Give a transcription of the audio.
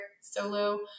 solo